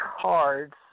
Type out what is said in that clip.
cards